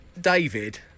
David